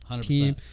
team